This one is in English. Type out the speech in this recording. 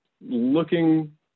Looking